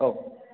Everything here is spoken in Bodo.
औ